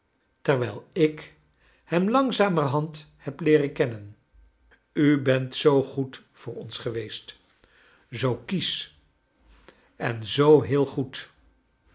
terwijl ik hem langzamerhand heb leeren kennen u bent zoo goed voor ons geweest zoo kiesch en zoo heel goed